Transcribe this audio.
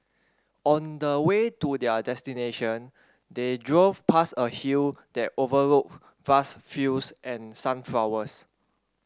on the way to their destination they drove past a hill that overlooked vast fields and sunflowers